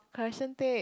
correction tape